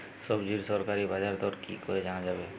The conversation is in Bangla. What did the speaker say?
সবজির সরকারি বাজার দর কি করে জানা যাবে?